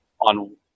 on